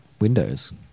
Windows